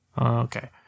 Okay